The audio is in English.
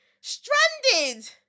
Stranded